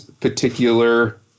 particular